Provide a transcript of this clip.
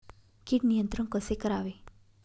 कीड नियंत्रण कसे करावे?